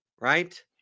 Right